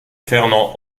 fernand